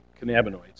cannabinoids